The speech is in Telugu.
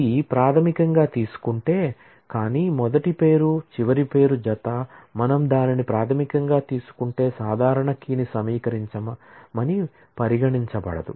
ఇది ప్రాధమికంగా తీసుకుంటే కానీ మొదటి పేరు చివరి పేరు జత మనం దానిని ప్రాధమికంగా తీసుకుంటే సాధారణ కీని సమీకరించమని పరిగణించబడదు